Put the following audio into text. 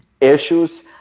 issues